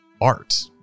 art